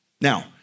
Now